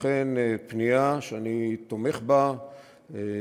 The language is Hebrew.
לכן, פנייה שאני תומך בה.